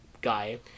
guy